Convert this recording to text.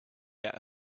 get